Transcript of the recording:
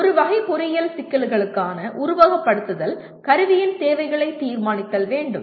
ஒரு வகை பொறியியல் சிக்கல்களுக்கான உருவகப்படுத்துதல் கருவியின் தேவைகளைத் தீர்மானித்தல் வேண்டும்